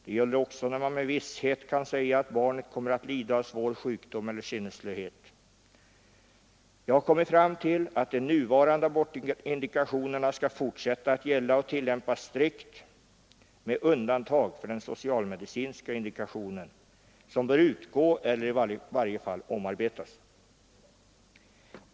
Det gäller också när man med visshet kan säga att barnet kommer att lida av svår sjukdom eller sinnesslöhet. Jag har kommit fram till att de nuvarande abortindikationerna skall fortsätta att gälla och tillämpas strikt, med undantag för den socialmedicinska indikationen, som bör utgå eller i varje fall omarbetas.